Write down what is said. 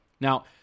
Now